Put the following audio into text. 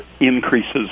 increases